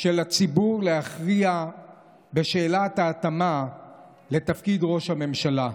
של הציבור להכריע בשאלת ההתאמה לתפקיד ראש הממשלה.